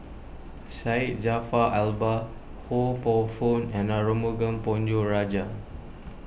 Syed Jaafar Albar Ho Poh Fun and Arumugam Ponnu Rajah